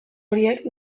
horiek